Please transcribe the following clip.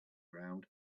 ground